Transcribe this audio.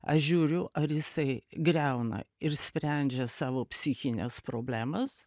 aš žiūriu ar jisai griauna ir sprendžia savo psichines problemas